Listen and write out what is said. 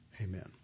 Amen